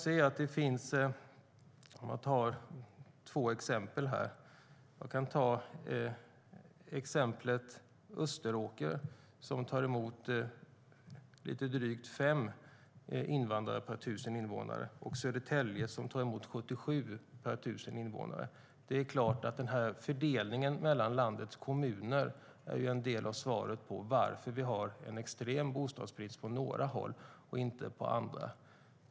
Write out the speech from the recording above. Vi kan ta två exempel: Österåker tar emot lite drygt 5 invandrare per 1 000 invånare, och Södertälje tar emot 77 per 1 000 invånare. Det är klart att fördelningen mellan landets kommuner är en del av svaret på frågan varför vi har en extrem bostadsbrist på några håll och inte på andra.